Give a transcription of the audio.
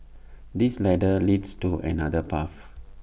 this ladder leads to another path